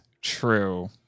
true